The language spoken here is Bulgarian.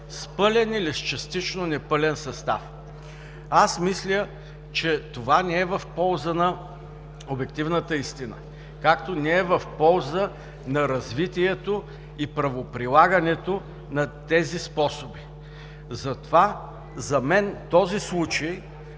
с пълен или с частично непълен състав. Мисля, че това не е в полза на обективната истина, както не е в полза на развитието и правоприлагането на тези способи. Затова за мен този случай